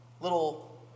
little